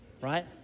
right